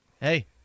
Hey